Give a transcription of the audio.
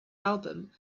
album